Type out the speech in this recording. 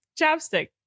Chapstick